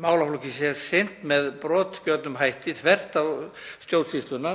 málaflokki sé sinnt með brotgjörnum hætti þvert á stjórnsýsluna.